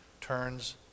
turns